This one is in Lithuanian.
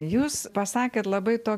jūs pasakėt labai to